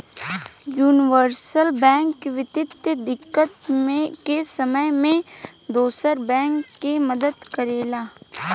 universal bank वित्तीय दिक्कत के समय में दोसर बैंक के मदद करेला